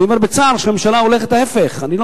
אני אומר בצער שהממשלה הולכת ההיפך.